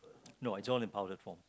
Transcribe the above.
no it's all in powder form